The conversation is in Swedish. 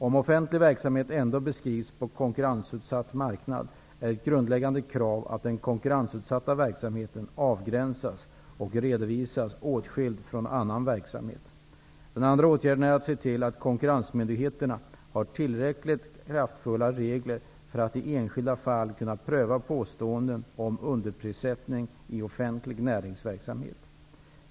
Om offentlig verksamhet ändå bedrivs på en konkurrensutsatt marknad, är ett grundläggande krav att den konkurrensutsatta verksamheten avgränsas och redovisas åtskild från annan verksamhet. Den andra åtgärden är att se till att konkurrensmyndigheterna har tillräckligt kraftfulla regler för att i enskilda fall kunna pröva påståenden om underprissättning i offentlig näringsverksamhet.